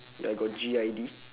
ya I got G_I_D